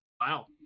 Wow